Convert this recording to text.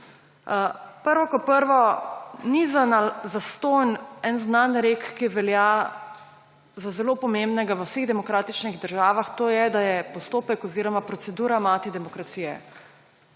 Prvo kot prvo, ni zastonj en znan rek, ki velja za zelo pomembnega v vseh demokratičnih državah, to je, da je postopek oziroma procedura mati demokracije.